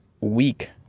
week